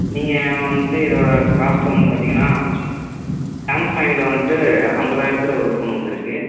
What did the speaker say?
நீங்கள் வந்து இதோடய காஸ்ட்டு வந்து பார்த்திங்கன்னா சாம்சங்கில் வந்துட்டு அம்பதாயிரத்தில் ஒரு ஃபோனு வந்திருக்கு